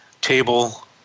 table